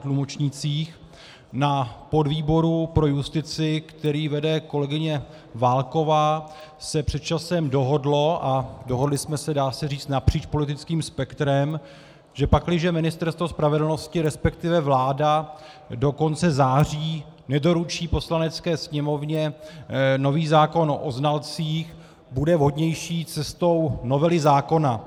Na podvýboru pro justici, který vede kolegyně Válková, se před časem dohodlo, dohodli jsme se, dá se říci, napříč politickým spektrem, že pakliže Ministerstvo spravedlnosti, resp. vláda, do konce září nedoručí Poslanecké sněmovně nový zákon o znalcích, bude vhodnější jít cestou novely zákona.